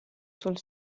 sul